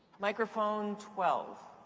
microphone twelve.